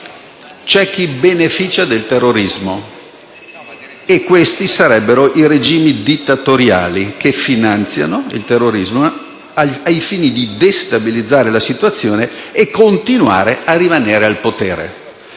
c'è chi beneficia dal terrorismo e questi sarebbero i regimi dittatoriali, che finanziano il terrorismo al fine di destabilizzare la situazione e continuare a rimanere al potere.